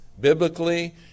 biblically